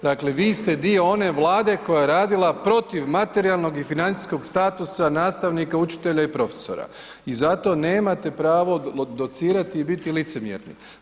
Dakle, vi ste dio one vlade koje je radila protiv materijalnog i financijskog statusa nastavnika, učitelja i profesora i zato nemate pravo docirati i biti licemjerni.